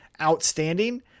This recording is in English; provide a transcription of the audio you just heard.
outstanding